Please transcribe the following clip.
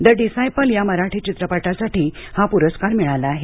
the disciple या मराठी चित्रपटासाठी हा पुरस्कार मिळाला आहे